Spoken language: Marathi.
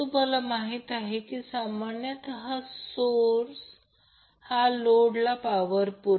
तर या प्रकरणात रियल पॉवर 2087 वॅट आहे आणि रिअॅक्टिव पॉवर 834